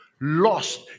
lost